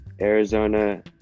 Arizona